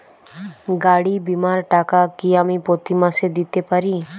গাড়ী বীমার টাকা কি আমি প্রতি মাসে দিতে পারি?